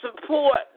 support